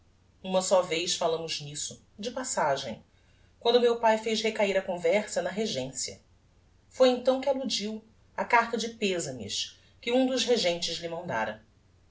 uma só vez fallámos nisso de passagem quando meu pae fez recahir a conversa na regencia foi então que alludiu á carta de pezames que um dos regentes